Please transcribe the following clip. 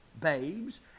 babes